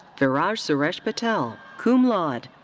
viraj suresh patel, cum laude.